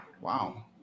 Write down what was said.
Wow